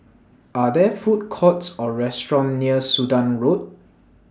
Are There Food Courts Or restaurants near Sudan Road